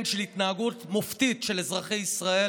כן של התנהגות מופתית של אזרחי ישראל,